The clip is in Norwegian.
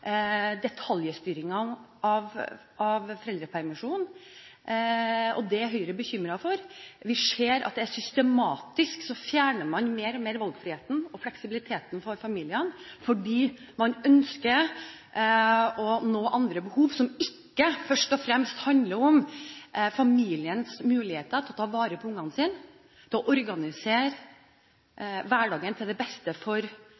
detaljstyringen av foreldrepermisjonen. Det er Høyre bekymret for. Vi ser at man systematisk mer og mer fjerner valgfriheten og fleksibiliteten for familiene, fordi man ønsker å dekke andre behov, som ikke først og fremst handler om familiens muligheter til å ta vare på ungene sine og organisere hverdagen til det beste for